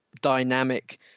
dynamic